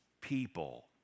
people